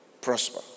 prosper